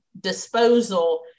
disposal